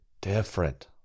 different